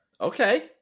Okay